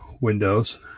windows